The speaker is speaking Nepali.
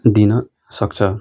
दिन सक्छ